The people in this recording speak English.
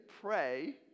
pray